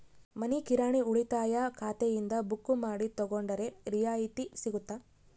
ಮನಿ ಕಿರಾಣಿ ಉಳಿತಾಯ ಖಾತೆಯಿಂದ ಬುಕ್ಕು ಮಾಡಿ ತಗೊಂಡರೆ ರಿಯಾಯಿತಿ ಸಿಗುತ್ತಾ?